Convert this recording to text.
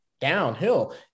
downhill